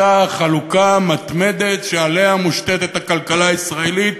אותה חלוקה מתמדת שעליה מושתתת הכלכלה הישראלית